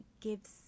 gives